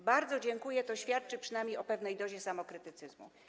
Bardzo dziękuję, to świadczy przynajmniej o pewnej dozie samokrytycyzmu.